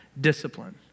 discipline